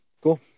Cool